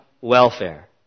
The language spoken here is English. welfare